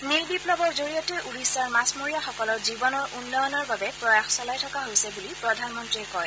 নীল বিপ্লৱৰ জৰিয়তে ওড়িশাৰ মাছমৰীয়াসকলৰ জীৱনৰ উন্নয়নৰ বাবে প্ৰয়াস চলাই থকা হৈছে বুলি প্ৰধানমন্ত্ৰীয়ে কয়